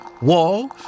Wall